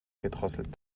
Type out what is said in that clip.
gedrosselt